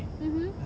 mmhmm